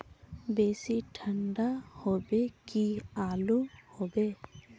बेसी ठंडा होबे की आलू होबे